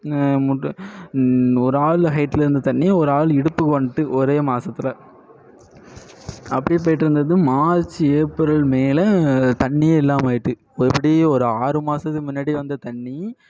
முட்டு ஒரு ஆள் ஹைடில் இருந்த தண்ணி ஒரு ஆள் இடுப்புக்கு வந்துட்டு ஒரே மாசத்தில் அப்படியே போயிட்ருந்தது மார்ச் ஏப்ரல் மே ல தண்ணியே இல்லாமல் ஆகிட்டு இப்போ எப்படி ஒரு ஆறு மாசத்துக்கு முன்னடி வந்த தண்ணி